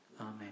Amen